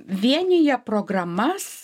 vienija programas